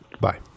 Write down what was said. Bye